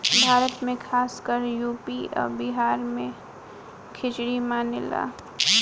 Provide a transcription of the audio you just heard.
भारत मे खासकर यू.पी आ बिहार मे खिचरी मानेला